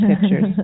pictures